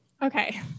Okay